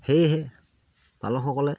সেয়েহে পালকসকলে